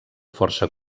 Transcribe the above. força